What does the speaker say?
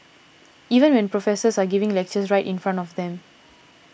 even when professors are giving lectures right in front of them